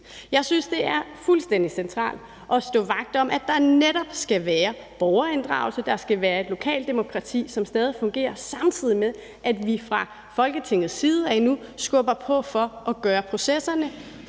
Jeg synes, det er fuldstændig centralt at stå vagt om, at der netop skal være borgerinddragelse. Der skal være et lokaldemokrati, som stadig fungerer, samtidig med at vi fra Folketingets side nu skubber på for at gøre processerne